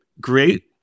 great